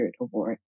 Award